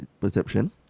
perception